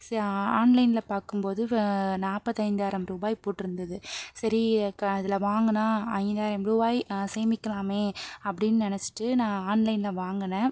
ச ஆன்லைனில் பார்க்கும் போது நாற்பத்தைந்தாயிரம் ரூபாய் போட்ருந்தது சரி க இதில் வாங்கினா ஐந்தாயிரம் ரூபாய் சேமிக்கலாமே அப்படின்னு நினச்சிட்டு நான் ஆன்லைனில் வாங்குனேன்